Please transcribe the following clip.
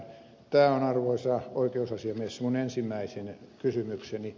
tämä on arvoisa oikeusasiamies minun ensimmäinen kysymykseni